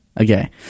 Okay